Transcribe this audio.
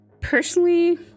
Personally